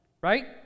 Right